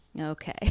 Okay